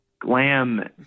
glam